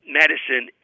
medicine